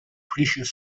precious